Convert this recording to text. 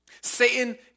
Satan